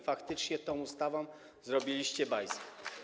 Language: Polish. Faktycznie tą ustawą zrobiliście bajzel.